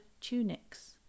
tunics